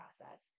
process